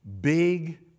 big